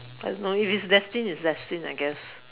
I don't know if it's destined it's destined I guess